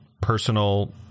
personal